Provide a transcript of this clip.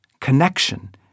connection